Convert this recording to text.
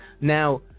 now